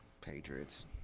Patriots